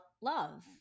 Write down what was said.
love